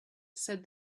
said